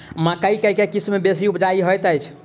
मकई केँ के किसिम बेसी उपजाउ हएत अछि?